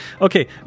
Okay